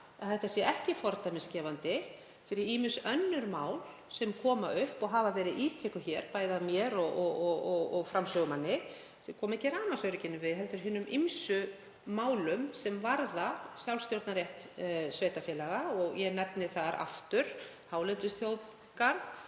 að þetta sé fordæmisgefandi fyrir ýmis önnur mál sem koma upp og hafa verið ítrekuð hér, bæði af mér og framsögumanni. Þau koma ekki rafmagnsöryggi við heldur hinum ýmsu málum sem varða sjálfsstjórnarrétt sveitarfélaga og ég nefni þar aftur hálendisþjóðgarð,